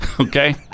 Okay